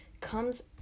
comes